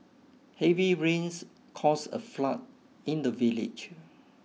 heavy rains caused a flood in the village